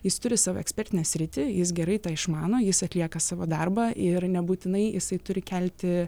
jis turi savo ekspertinę sritį jis gerai tą išmano jis atlieka savo darbą ir nebūtinai jisai turi kelti